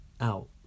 out